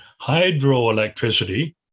Hydroelectricity